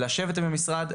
לשבת במשרד,